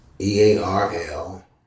E-A-R-L